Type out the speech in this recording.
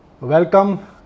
welcome